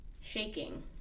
shaking